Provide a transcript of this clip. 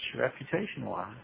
reputation-wise